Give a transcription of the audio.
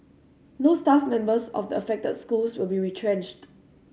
no staff members of the affected schools will be retrenched